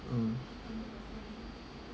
mm